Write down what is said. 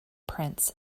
prints